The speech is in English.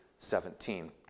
17